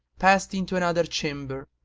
passed into another chamber,